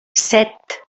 set